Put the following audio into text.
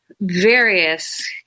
various